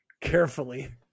carefully